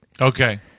Okay